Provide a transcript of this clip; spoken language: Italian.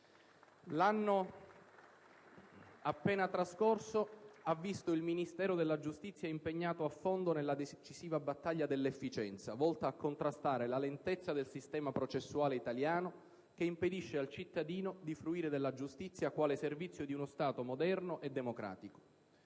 L'anno appena trascorso ha visto il Ministero della giustizia impegnato a fondo nella decisiva battaglia dell'efficienza, volta a contrastare la lentezza del sistema processuale italiano che impedisce al cittadino di fruire della giustizia quale servizio di uno Stato moderno e democratico.